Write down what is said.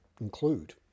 include